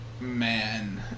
man